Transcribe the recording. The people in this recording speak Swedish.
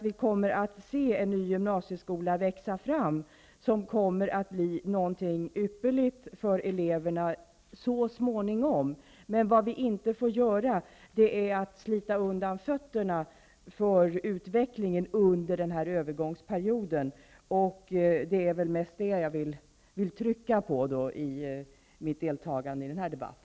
Vi kommer att se en ny gymnasieskola växa fram, och så småningom kommer den att bli någonting ypperligt för eleverna. Men vi får göra så att utvecklingen tappar fotfästet under denna övergångsperiod. Det är vad jag vill betona mest i mitt deltagande i denna debatt.